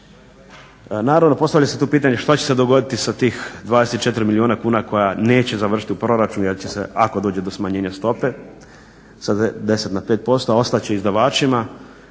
Naravno postavlja se tu pitanje šta će se dogodit sa tih 24 milijuna kuna koja neće završiti u proračunu jer će se ako dođe do smanjenja stope sa 10 na 5% ostat će izdavačima